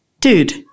Dude